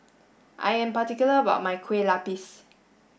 I am particular about my Kue Lupis